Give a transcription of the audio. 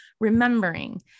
remembering